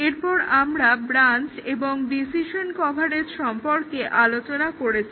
এরপর আমরা ব্রাঞ্চ এবং ডিসিশন কভারেজ সম্পর্কে আলোচনা করেছি